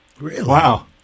Wow